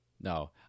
No